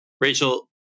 rachel